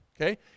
Okay